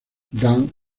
dan